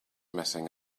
messing